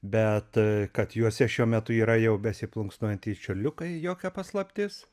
bet kad juose šiuo metu yra jau besiplunksnuojantys čiurliukai jokia paslaptis